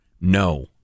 No